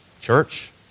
Church